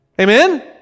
Amen